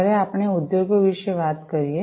જ્યારે આપણે ઉદ્યોગો વિશે વાત કરીએ